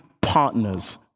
partners